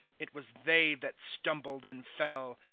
it was they that stumbled and fell.